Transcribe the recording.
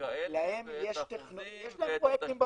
האלה ואת ה --- להם יש פרויקטים בעולם.